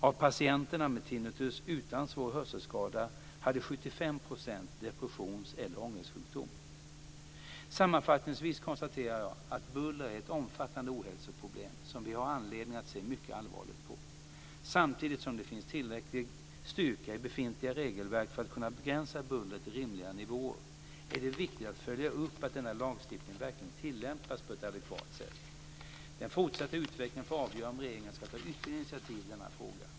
Av patienterna med tinnitus utan svår hörselskada hade 75 % depressions eller ångestsjukdom. Sammanfattningsvis konstaterar jag att buller är ett omfattande ohälsoproblem som vi har anledning att se mycket allvarligt på. Samtidigt som det finns tillräcklig styrka i befintliga regelverk för att kunna begränsa bullret till rimliga nivåer är det viktigt att följa upp att denna lagstiftning verkligen tillämpas på ett adekvat sätt. Den fortsatta utvecklingen får avgöra om regeringen ska ta ytterligare initiativ i denna fråga.